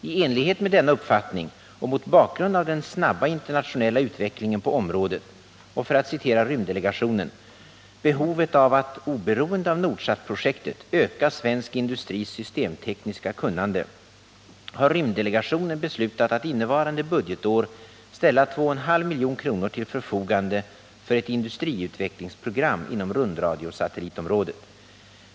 I enlighet med denna uppfattning och mot bakgrund av den snabba internationella utvecklingen på området och — för att citera rymddelegationen —- mot bakgrund av ”behovet av att — oberoende av Nordsatprojektet — öka svensk industris systemtekniska kunnande” har rymddelegationen beslutat att innevarande budgetår ställa 2,5 milj.kr. till förfogande för ett industriutvecklingsprogram inom rundradiosatellitområdet.